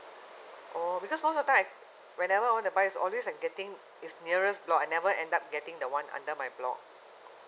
oh because most of the time I whenever I want to buy it's always I'm getting its nearest block I never end up getting the one under my block